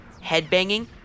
headbanging